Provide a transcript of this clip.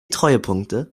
treuepunkte